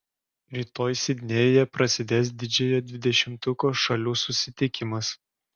rytoj sidnėjuje prasidės didžiojo dvidešimtuko šalių susitikimas